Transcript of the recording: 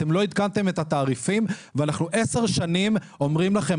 אתם לא עדכנתם את התעריפים ואנחנו עשר שנים אומרים לכם,